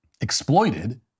exploited